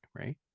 right